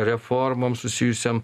reformom susijusiom